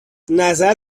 نظر